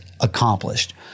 accomplished